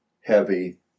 heavy